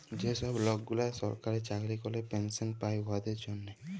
যে ছব লকগুলা সরকারি চাকরি ক্যরে পেলশল পায় উয়াদের জ্যনহে